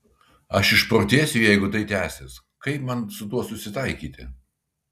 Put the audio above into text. aš išprotėsiu jeigu tai tęsis kaip man su tuo susitaikyti